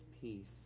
peace